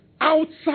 outside